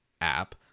app